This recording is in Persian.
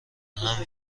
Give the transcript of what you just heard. حمل